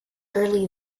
early